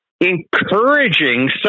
encouraging